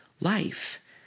life